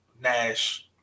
Nash